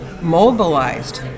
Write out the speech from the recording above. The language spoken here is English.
mobilized